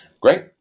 Great